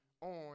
on